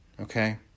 okay